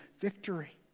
victory